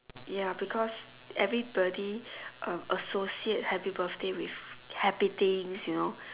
ya because everybody uh associate happy birthday with happy things you know